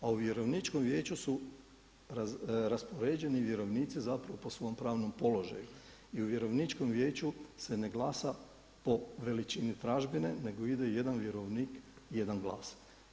A u vjerovničkom vijeću su raspoređeni vjerovnici po svom pravnom položaju i u vjerovničkom vijeću se ne glasa po veličini tražbine nego ide jedan vjerovnik jedan glas.